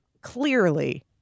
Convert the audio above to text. clearly